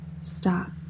stop